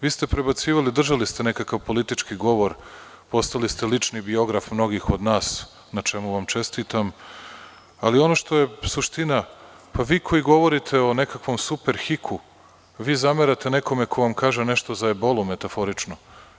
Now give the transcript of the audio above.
Vi ste prebacivali, držali ste nekakav politički govor, postali ste lični biograf mnogih od nas, na čemu vam čestitam, ali ono što je suština - vi koji govorite o nekakvom Super Hiku, vi zamerate nekome ko vam kaže nešto za „ebolu“ metaforično.